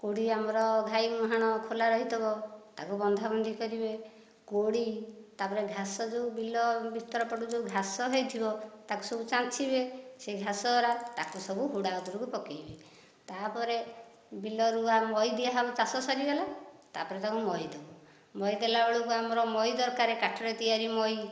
କେଉଁଠି ଆମର ଘାଇ ମୁହାଣ ଖୋଲା ରହିଥିବ ତାକୁ ବନ୍ଧାବନ୍ଧି କରିବେ ଗୋଡ଼ି ତାପରେ ଘାସ ଯେଉଁ ବିଲ ଭିତର ପଟୁ ଯେଉଁ ଘାସ ହୋଇଥିବ ତାକୁ ସବୁ ଚାଞ୍ଚିବେ ସେ ଘାସ ଗୁଡ଼ା ତାକୁ ସବୁ ହୁଡ଼ା ଉପରକୁ ପକେଇବେ ତାପରେ ବିଲରୁ ମଇ ଦିଆହବ ଚାଷ ସରିଗଲା ତା ପରେ ତାକୁ ମଇ ଦେବୁ ମଇ ଦେଲାବେଳକୁ ଆମର ମଇ ଦରକାର କାଠରେ ତିଆରି ମଇ